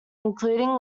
including